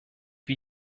wie